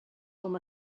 com